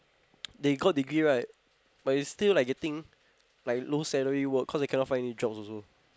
they got degree right but is still like getting like low salary work cause they cannot find any jobs also